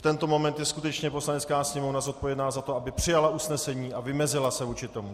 V tento moment je skutečně Poslanecká sněmovna zodpovědná za to, aby přijala usnesení a vymezila se vůči tomu.